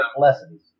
lessons